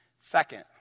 Second